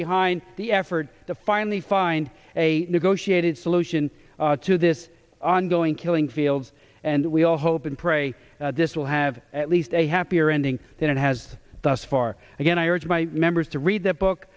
behind the effort to finally find a negotiated solution to this ongoing killing fields and we all hope and pray this will have at least a happier ending than it has thus far again i urge my members to read the book